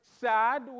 sad